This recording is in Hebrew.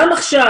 גם עכשיו,